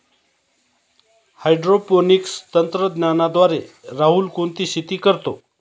Hydroponics तंत्रज्ञानाद्वारे राहुल कोणती शेती करतो?